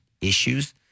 issues